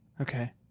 Okay